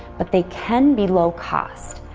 but they can be low-cost.